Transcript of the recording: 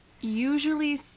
usually